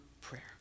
prayer